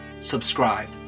subscribe